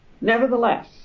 nevertheless